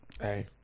Hey